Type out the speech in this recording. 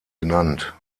benannt